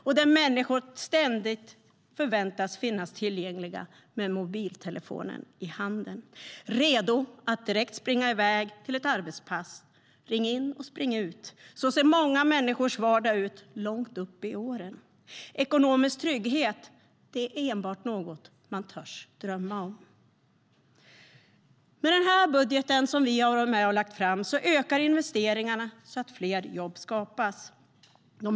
Och människor förväntas ständigt finnas tillgängliga med mobiltelefonen i handen, redo att direkt springa iväg till ett arbetspass. Ring in och spring ut - så ser många människors vardag ut långt upp i åren. Ekonomisk trygghet är något man enbart törs drömma om. Med den här budgeten, som vi har varit med om att lägga fram, ökar investeringarna så att fler jobb skapas.